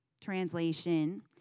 translation